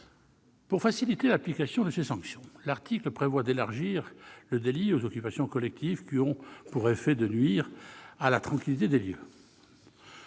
Pour faciliter l'application de ces sanctions, l'article prévoit d'élargir le délit aux occupations collectives qui ont pour effet « de nuire à la tranquillité des lieux